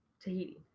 Tahiti